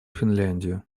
финляндию